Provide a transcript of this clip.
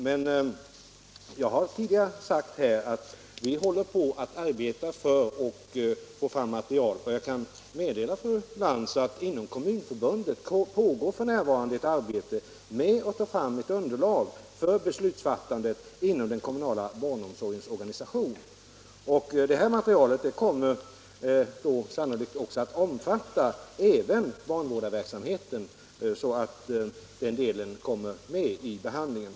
Men jag 28 mars 1977 har redan sagt att vi håller på att ta fram material, och jag kan meddela I fru Lantz att det inom Kommunförbundet pågår ett arbete med att få Om åtgärder för att fram underlag för beslutsfattandet inom den kommunala barnomsorgens = förhindra förtäring organisation. Det materialet kommer sannolikt att omfatta även barn = av metanolhaltiga vårdarverksamheten, så att den delen kommer med vid behandlingen.